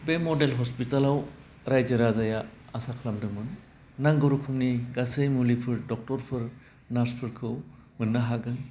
बे मडेल हस्पितालाव रायजो राजाया आसा खामदोंमोनो नांगौ रोखोमनि गासै मुलिफोर डक्टरफोर नार्सफोरखौ मोननो हागोन